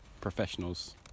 professionals